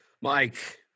Mike